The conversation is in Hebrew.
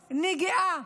להם נגיעה